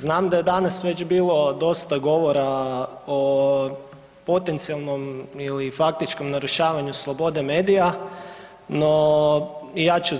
Znam da je danas već bilo dosta govora o potencijalnom ili faktičkom narušavanju slobode medija, no i ja ću